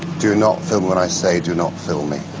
do not film what i say, do not film me.